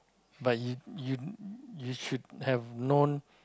but you you you should have known